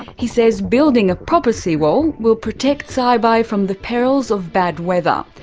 he says building a proper seawall will protect saibai from the perils of bad weather.